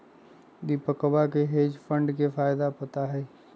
दीपकवा के hedge fund के फायदा पता हई